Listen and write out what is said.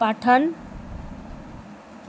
পাঠান